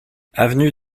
avenue